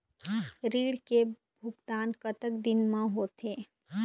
ऋण के भुगतान कतक दिन म होथे?